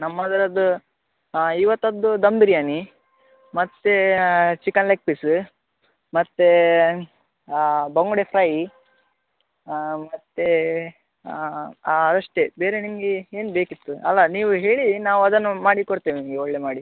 ನಮ್ಮದರದ್ದು ಇವತ್ತದ್ದು ದಮ್ ಬಿರ್ಯಾನಿ ಮತ್ತೆ chicken leg piece ಮತ್ತೆ ಬಂಗುಡೆ ಫ್ರೈ ಮತ್ತೆ ಅಷ್ಟೆ ಬೇರೆ ನಿಮಗೆ ಏನು ಬೇಕಿತ್ತು ಅಲ್ಲ ನೀವು ಹೇಳಿ ನಾವು ಅದನ್ನು ಮಾಡಿ ಕೊಡ್ತೇವೆ ನಿಮಗೆ ಒಳ್ಳೆ ಮಾಡಿ